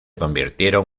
convirtieron